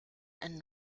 and